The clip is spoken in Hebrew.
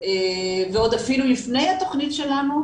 ועוד אפילו לפני התכנית שלנו,